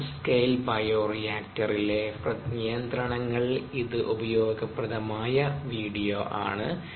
lab scale ബയോറിയാക്റ്ററിലെ നിയന്ത്രണങ്ങളിൽ ഇത് ഉപയോഗപ്രദമായ വീഡിയോ ആണ്